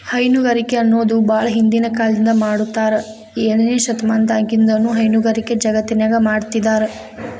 ಹೈನುಗಾರಿಕೆ ಅನ್ನೋದು ಬಾಳ ಹಿಂದಿನ ಕಾಲದಿಂದ ಮಾಡಾತ್ತಾರ ಏಳನೇ ಶತಮಾನದಾಗಿನಿಂದನೂ ಹೈನುಗಾರಿಕೆ ಜಗತ್ತಿನ್ಯಾಗ ಮಾಡ್ತಿದಾರ